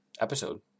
episode